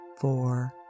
four